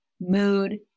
mood